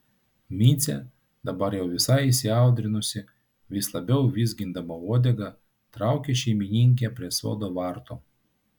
micė dabar jau visai įsiaudrinusi vis labiau vizgindama uodegą traukia šeimininkę prie sodo vartų